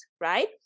right